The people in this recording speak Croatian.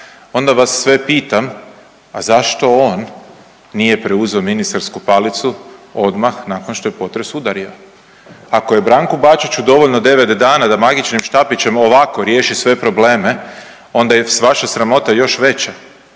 onda vas sve pitam, a zašto on nije preuzeo ministarsku palicu odmah nakon što je potres udario? Ako je Branku Bačiću dovoljno 9 dana da magičnim štapićem ovako riješi sve probleme onda je vaša sramota još veća,